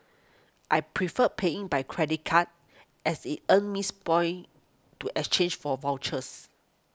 I prefer paying by credit card as it earns miss boy to exchange for vouchers